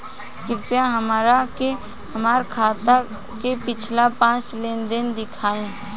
कृपया हमरा के हमार खाता के पिछला पांच लेनदेन देखाईं